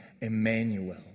Emmanuel